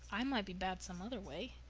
i might be bad some other way.